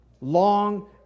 long